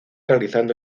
realizando